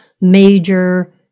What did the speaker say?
major